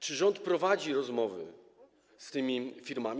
Czy rząd prowadzi rozmowy z tymi firmami?